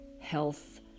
health